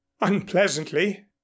unpleasantly